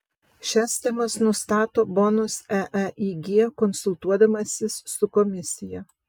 šias temas nustato bonus eeig konsultuodamasis su komisija